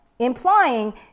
implying